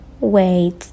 Wait